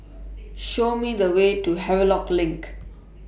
Show Me The Way to Havelock LINK